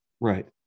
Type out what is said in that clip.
Right